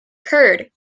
curd